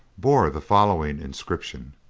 bore the following inscription